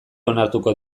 onartuko